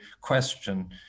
question